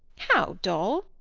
how, dol!